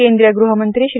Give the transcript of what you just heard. केंद्रीय गृहमंत्री श्री